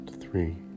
three